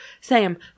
Sam